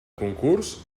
concurs